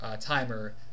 timer